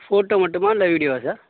photo மட்டுமா இல்லை வீடியோவா சார்